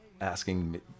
asking